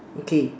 okay